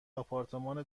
آپارتمان